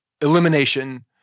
elimination